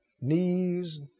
knees